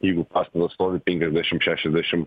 jeigu pastatas stovi penkiasdešim šešiasdešim